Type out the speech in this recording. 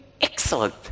excellent